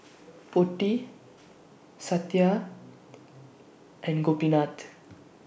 Potti Satya and Gopinath